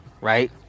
right